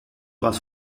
was